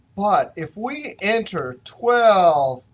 but if we enter twelve,